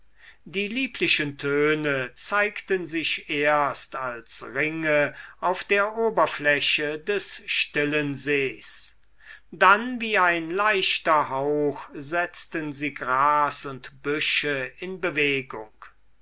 die lieblichen töne zeigten sich erst als ringe auf der oberfläche des stillen sees dann wie ein leichter hauch setzten sie gras und büsche in bewegung